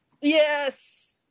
yes